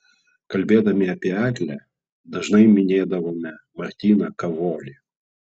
kalbėdami apie eglę dažnai minėdavome martyną kavolį